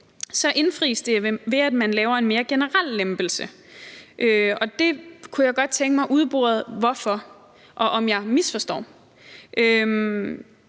indfries det, ved at man laver en mere generel lempelse, og det kunne jeg godt tænke mig at få udboret hvorfor og om jeg misforstår.